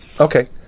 Okay